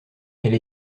elle